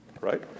right